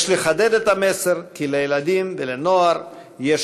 יש לחדד את המסר שלילדים ולנוער יש